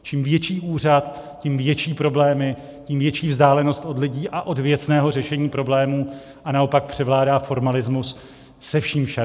Čím větší úřad, tím větší problémy, tím větší vzdálenost od lidí a od věcného řešení problémů, a naopak převládá formalismus se vším všudy.